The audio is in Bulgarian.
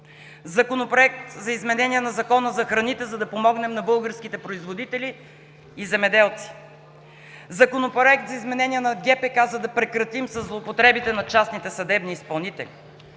Законопроект за изменение на Закона за храните, за да помогнем на българските производители и земеделци; Законопроект за изменение на ГПК, за да прекратим със злоупотребите на частните съдебни изпълнители;